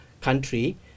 country